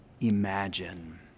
imagine